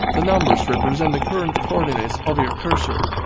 the numbers represent the current coordinates of your cursor.